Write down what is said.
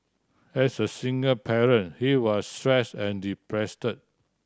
as a single parent he was stress and depressed